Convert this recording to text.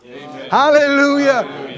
Hallelujah